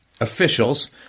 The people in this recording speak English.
officials